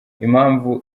impamvu